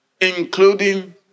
including